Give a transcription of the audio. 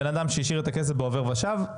בן אדם שהשאיר את הכסף בעובר ושב,